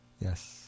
Yes